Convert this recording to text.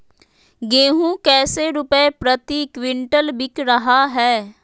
गेंहू कैसे रुपए प्रति क्विंटल बिक रहा है?